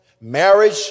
marriage